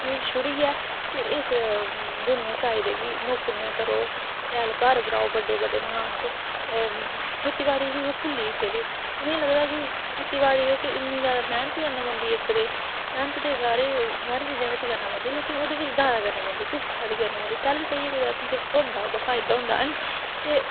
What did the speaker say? ते चीज़ छुड़ियै ते इस दुनिया च आए दे की नौकरियां करो शैल घर बनाओ बड्डे बड्डे मकान ते खेतीबाड़ी ते भुल्ली गै गेदे उ'नेंगी लगदा की खेतीबाड़ी च इन्नी जादा मैह्नत करनी पौंदी ते मैह्नत ते सारीं चीज़ां बिच करनी पौंदी ते ओह्दे बिच जादा करनी पौंदी ते तैलूं जदाइयै असेंगी थ्होंदा किश फायदा होंदा ऐ नी